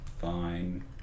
fine